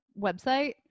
website